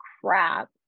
crap